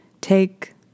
Take